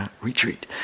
retreat